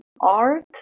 art